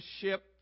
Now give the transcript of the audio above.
ship